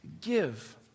give